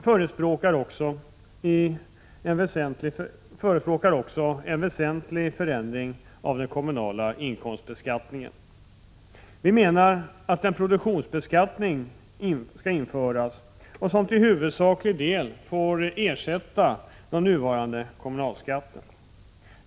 Vpk förespråkar också en väsentlig förändring av den kommunala inkomstbeskattningen. Vi menar att en produktionsbeskattning skall införas, som till huvudsaklig del får ersätta den nuvarande kommunalskatten.